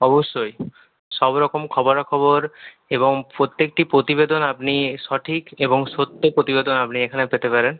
অবশ্যই সব রকম খবরাখবর এবং প্রত্যেকটি প্রতিবেদন আপনি সঠিক এবং সত্য প্রতিবেদন আপনি এখানে পেতে পারেন